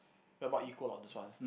we're about equal on this one ah